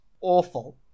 awful